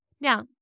Now